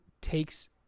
takes